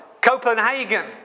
Copenhagen